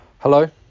Hello